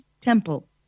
Temple